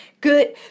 good